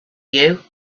you